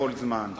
בכל זמן.